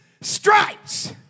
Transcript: stripes